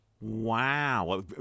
Wow